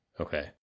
okay